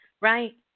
Right